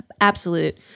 absolute